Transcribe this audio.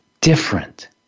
different